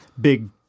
big